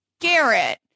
garrett